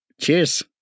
Cheers